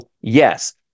yes